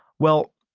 well,